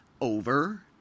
Over